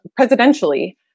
presidentially